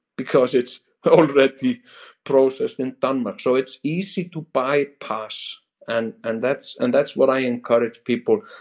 because it's already processed in denmark. so it's easy to bypass and and that's and that's what i encourage people,